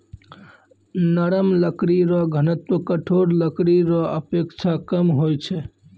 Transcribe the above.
नरम लकड़ी रो घनत्व कठोर लकड़ी रो अपेक्षा कम होय छै